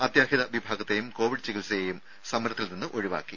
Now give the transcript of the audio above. അത്യാഹിത വിഭാഗത്തേയും കോവിഡ് ചികിത്സയേയും സമരത്തിൽ നിന്ന് ഒഴിവാക്കി